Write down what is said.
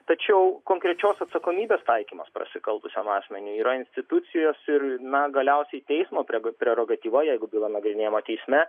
tačiau konkrečios atsakomybės taikymas prasikaltusiam asmeniui yra institucijos ir na galiausiai teismo prego prerogatyva jeigu byla nagrinėjama teisme